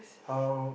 how